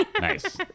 Nice